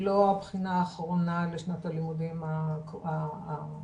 לא הבחינה האחרונה לשנת הלימודים הבאה,